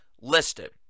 listed